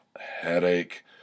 headache